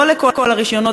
לא לכל הרישיונות,